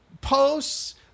posts